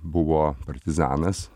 buvo partizanas